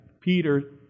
Peter